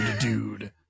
dude